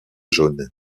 jaunes